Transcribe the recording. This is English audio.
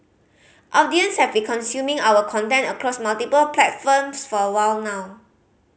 audience have been consuming our content across multiple platforms for a while now